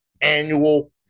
annual